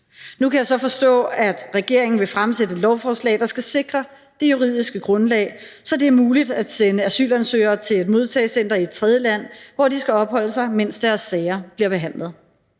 Nu kan jeg så forstå, at regeringen vil fremsætte et lovforslag, der skal sikre det juridiske grundlag, så det er muligt at sende asylansøgere til et modtagecenter i et tredjeland, hvor de skal opholde sig, mens deres sager bliver behandlet.